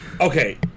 Okay